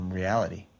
reality